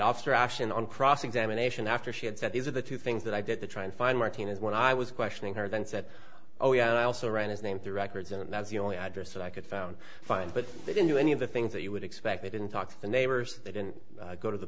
and on cross examination after she had said these are the two things that i did the try and find martinez when i was questioning her then said oh yeah and i also ran his name through records and that's the only address that i could found find but they didn't do any of the things that you would expect they didn't talk to the neighbors they didn't go to the